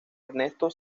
ernesto